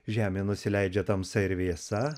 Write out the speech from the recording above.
žemė nusileidžia tamsa ir vėsa